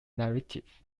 narrative